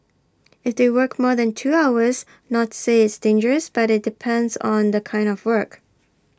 if they work more than two hours not say it's dangerous but IT depends on the kind of work